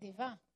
נדיבה.